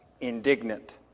indignant